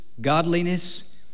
godliness